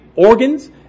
Organs